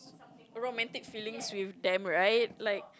romantic feelings with them right like